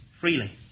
freely